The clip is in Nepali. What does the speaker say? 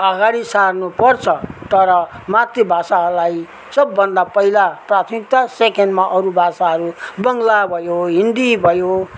अगाडि सार्नुपर्छ तर मातृभाषाहरूलाई सबभन्दा पहिला प्राथमिकता सेकेन्डमा अरू भाषाहरू बङ्गला भयो हिन्दी भयो